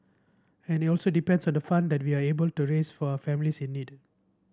and it also depends on the fund that we are able to raise for a families in need